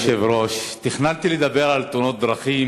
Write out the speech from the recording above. אדוני היושב-ראש, תכננתי לדבר על תאונות דרכים